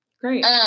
Great